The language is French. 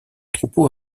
troupeau